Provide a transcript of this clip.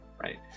right